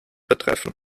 betreffen